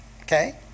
Okay